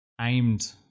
aimed